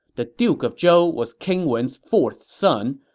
the duke of zhou was king wen's fourth son,